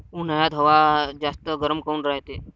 उन्हाळ्यात हवा जास्त गरम काऊन रायते?